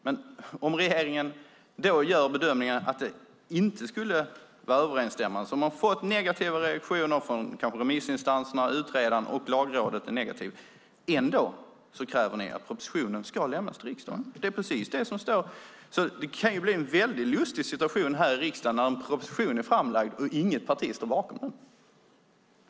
Men om regeringen då gör bedömningen att detta inte skulle vara i överensstämmelse med regeringsformen och kanske har fått negativa reaktioner från remissinstanserna, utredaren och Lagrådet, kräver ni ändå att propositionen ska lämnas till riksdagen. Det är precis det som står. Det kan ju bli en väldigt lustig situation här i riksdagen om en proposition är framlagd och ingen parti står bakom den.